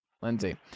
Lindsay